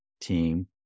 team